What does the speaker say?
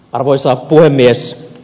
arvoisa puhemies